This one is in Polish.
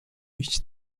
iść